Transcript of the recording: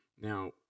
Now